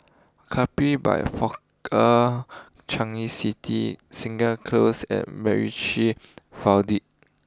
Capri by Fraser Changi City Segar close and MacRitchie Viaduct